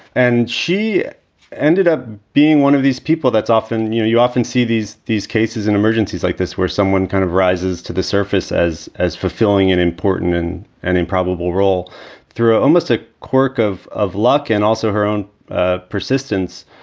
and she ended up being one of these people that's often you know, you often see these these cases in emergencies like this where someone kind of rises to the surface as as fulfilling and important in an improbable role through almost a quirk of of luck and also her own ah persistence.